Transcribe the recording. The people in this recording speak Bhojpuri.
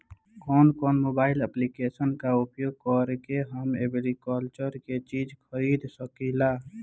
कउन कउन मोबाइल ऐप्लिकेशन का प्रयोग करके हम एग्रीकल्चर के चिज खरीद सकिला?